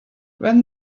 when